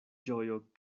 ĝojo